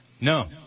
No